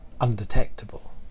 undetectable